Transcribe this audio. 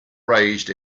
raised